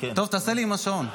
איפסתי את השעון.